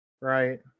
right